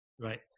Right